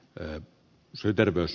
eu syy terveys